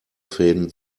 fäden